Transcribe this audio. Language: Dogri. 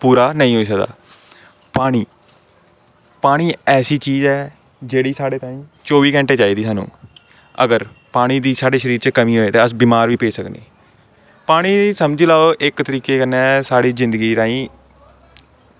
पूरा नेईं होई सकदा पानी पानी ऐसी चीज़ ऐ जेह्ड़ी साढ़े ताहीं चौबी घैंटे चाहिदी सानूं अगर पानी दी साढ़े शरीर च कमीं ऐ ते अस बमार बी पेई सकने आं पानी समझी लैओ की इक्क तरीकै कन्नै साढ़ी जिंदगी ताहीं